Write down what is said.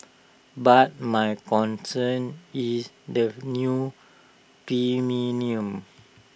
but my concern is the new premiums